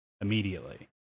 immediately